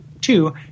Two